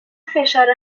فشار